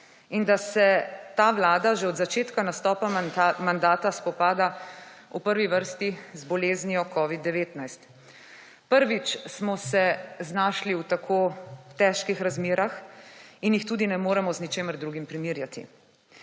se ta vlada že od začetka nastopa mandata spopada v prvi vrsti z boleznijo COVID-19. Prvič smo se znašli v tako težkih razmerah in jih tudi ne moremo z ničemer drugim primerjati.